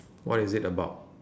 what is it about